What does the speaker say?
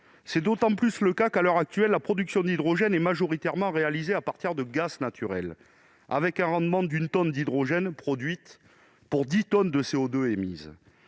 C'est d'autant plus le cas que, à l'heure actuelle, la production d'hydrogène est majoritairement réalisée à partir de gaz naturel, une tonne d'hydrogène étant produite pour dix tonnes de CO2 émis.